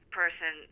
person